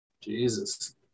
Jesus